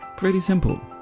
pretty simple!